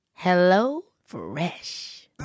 HelloFresh